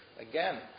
again